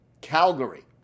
Calgary